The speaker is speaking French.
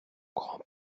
grand